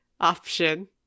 option